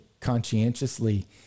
conscientiously